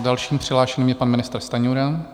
Dalším přihlášeným je pan ministr Stanjura.